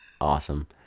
Awesome